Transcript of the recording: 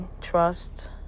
trust